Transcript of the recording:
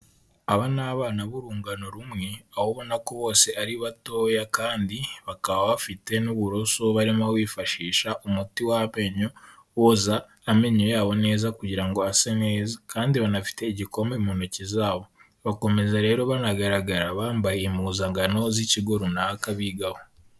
Aba ni abana b'urungano rumwe aho ubona ko bose ari batoya kandi bakaba bafite n'uburoso barimo bifashisha umuti w'amenyo woza amenyo yabo neza kugira ngo ase neza kandi banafite igikombe mu ntoki zabo, bakomeza rero banagaragara bambaye impuzangano z'ikigo runaka bigaho.